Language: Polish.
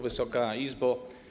Wysoka Izbo!